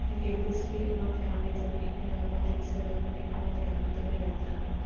ఈ టెంపుల్స్కి మా ఫ్యామిలీతో మా ఫ్రెండ్స్తో కాకుండా ఎక్కువ మా ఫ్యామిలీతో వెళ్తాను